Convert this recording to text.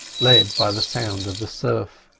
led by the sound of the surf.